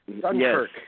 Dunkirk